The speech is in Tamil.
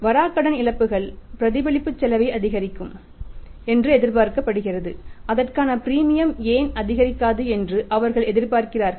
வராக்கடன் இழப்புகள் பிரதிபலிப்பு செலவை அதிகரிக்கும் என்று எதிர்பார்க்கப்படுகிறது அதற்கான பிரீமியம் ஏன் அதிகரிக்காது என்று அவர்கள் எதிர்பார்க்கிறார்கள்